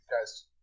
guys